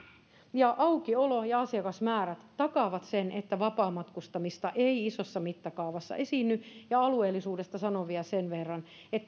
ja aukiolo ja asiakasmäärät takaavat sen että vapaamatkustamista ei isossa mittakaavassa esiinny alueellisuudesta sanon vielä sen verran että